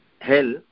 Hell